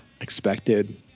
expected